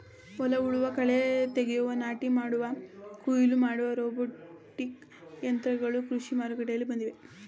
ಹೊಲ ಉಳುವ, ಕಳೆ ತೆಗೆಯುವ, ನಾಟಿ ಮಾಡುವ, ಕುಯಿಲು ಮಾಡುವ ರೋಬೋಟಿಕ್ ಯಂತ್ರಗಳು ಕೃಷಿ ಮಾರುಕಟ್ಟೆಯಲ್ಲಿ ಬಂದಿವೆ